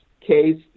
case